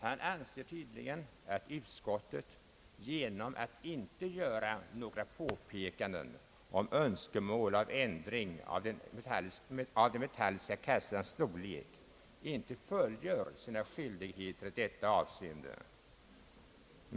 Han anser tydligen att utskottet genom att inte göra några påpekanden om önskemål att ändra den metalliska kassan inte fullgör sina skyldigheter i detta avseende.